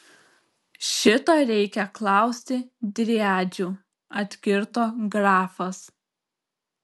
šito reikia klausti driadžių atkirto grafas